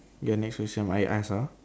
your next question I ask ah